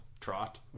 trot